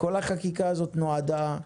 כל החקיקה הזאת נועדה,